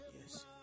Yes